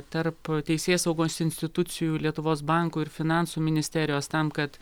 tarp teisėsaugos institucijų lietuvos banko ir finansų ministerijos tam kad